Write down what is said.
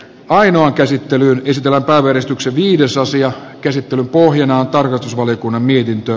ainoa käsittelyyn esitellä verestyksen viides asian käsittely puhinaa tarkastusvaliokunnan mietintö